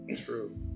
True